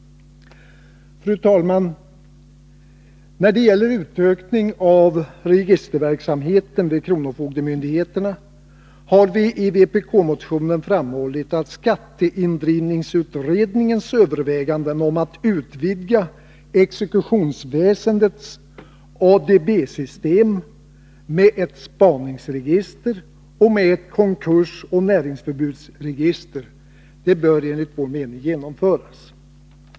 Fru talman! När det gäller utökning av registerverksamheten vid kronofogdemyndigheterna har vi i vpk-motionen framhållit att skatteindrivningsutredningens överväganden om att utvidga exekutionsväsendets ADB system med ett spaningsregister och med ett konkursoch näringsförbudsregister enligt vår mening bör genomföras.